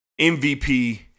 MVP